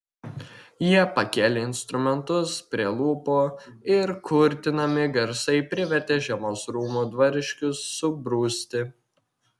jie pakėlė instrumentus prie lūpų ir kurtinami garsai privertė žiemos rūmų dvariškius subruzti